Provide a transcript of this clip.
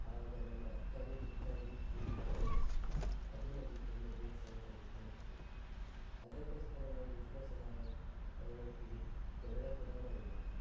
ಆವಾಗ ನನ್ನ ಅಕ್ಕನೇ ಹೆಚ್ಚಾಗಿ ವಿನ್ ಆಗ್ತಾ ಇದ್ದಳು ಅದು ನನಗೆ ತುಂಬ ಬೇಸರ ತರಿಸ್ತಾಯಿತ್ತು ಅದಕ್ಕೋಸ್ಕರ ನಾನು ಎಷ್ಟೋ ಸಲ ಅವ್ರ ಅವಳ ಅವಳೊಟ್ಟಿಗೆ ಜಗಳ ಕೂಡ ಮಾಡಿದ್ದೇನೆ